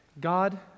God